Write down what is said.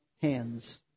hands